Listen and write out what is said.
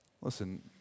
Listen